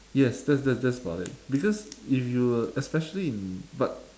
yes that's that's that's about it because if you were especially in but